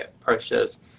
approaches